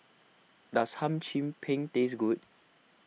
does Hum Chim Peng taste good